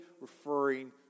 referring